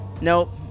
Nope